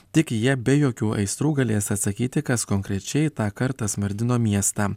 tik jie be jokių aistrų galės atsakyti kas konkrečiai tą kartą smardino miestą